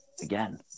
again